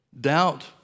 Doubt